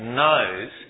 knows